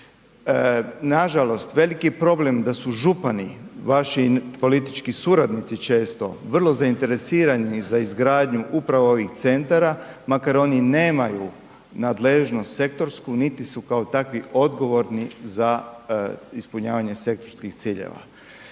Nažalost, veliki problem da su župani i vaši politički suradnici često vrlo zainteresirani za izgradnju upravo ovih centara, makar oni nemaju nadležnost sektorsku niti su kao takvi odgovorni za ispunjavanje sektorskih ciljeva.